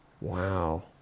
wow